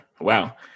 Wow